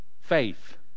faith